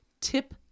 Tip